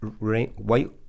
white